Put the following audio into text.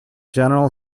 general